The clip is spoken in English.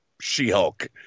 She-Hulk